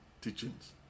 teachings